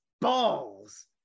balls